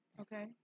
Okay